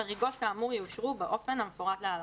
חריגות כאמור יאושרו באופן המפורט להלן: